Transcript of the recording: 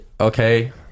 okay